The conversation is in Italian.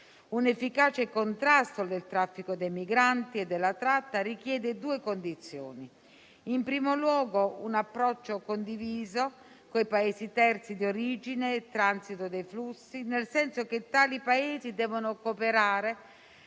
Un efficace contrasto del traffico dei migranti e della tratta richiede due condizioni: in primo luogo, serve un approccio condiviso con i Paesi terzi di origine sul transito dei flussi, che devono cooperare